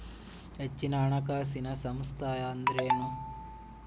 ಹೆಚ್ಚಿನ ಹಣಕಾಸಿನ ಸಂಸ್ಥಾ ಅಂದ್ರೇನು?